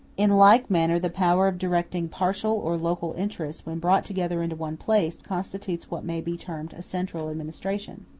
in like manner the power of directing partial or local interests, when brought together into one place, constitutes what may be termed a central administration.